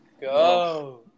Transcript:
go